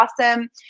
awesome